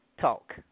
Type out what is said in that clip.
talk